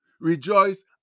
Rejoice